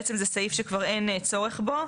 בעצם זה סעיף שכבר אין צורך בו,